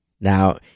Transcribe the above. Now